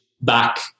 back